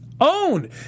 own